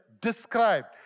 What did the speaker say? described